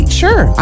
sure